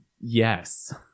Yes